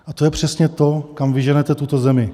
A to je přesně to, kam vy ženete tuto zemi.